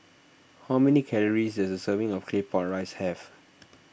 how many calories does a serving of Claypot Rice have